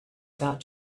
about